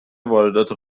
واردات